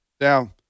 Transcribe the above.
Now